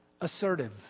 assertive